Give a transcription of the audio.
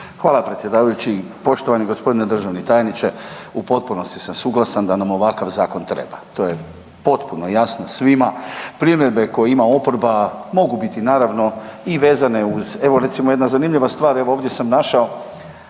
Hvala predsjedavajući. Poštovani gospodine državni tajniče u potpunosti sam suglasan da nam ovakav zakon treba. To je potpuno jasno svima, primjedbe koje ima oporba mogu biti naravno i vezane uz, evo recimo jedna zanimljiva stvar evo ovdje sam našao